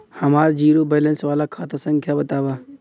हमार zero balance वाला खाता संख्या वतावा?